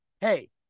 Hey